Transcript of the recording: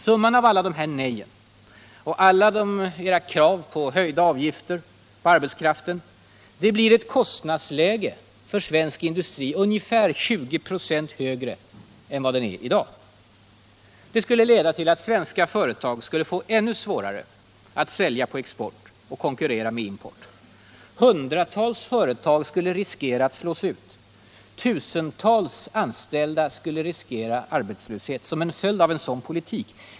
Summan av alla dessa nej och av era krav på höjda avgifter på arbetskraften blir ett kostnadsläge för den svenska industrin som med ungefär 20 96 överstiger vad det är i dag. Det här måste leda till att svenska företag skulle få ännu svårare att sälja på export och konkurrera med import. Hundratals företag skulle riskera att slås ut, tusentals anställda skulle riskera arbetslöshet som en följd av sådan politik.